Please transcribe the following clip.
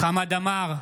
חמד עמאר,